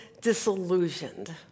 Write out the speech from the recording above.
disillusioned